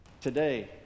today